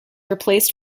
replaced